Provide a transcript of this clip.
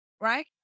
right